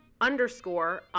underscore